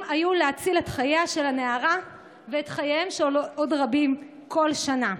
היו להציל את חייה של הנערה ואת חייהם של עוד רבים כל שנה.